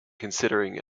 considering